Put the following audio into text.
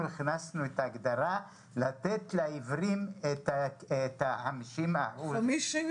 הכנסנו את ההגדרה לתת לעיוורים את 50 האחוזים.